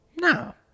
no